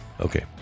Okay